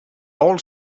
all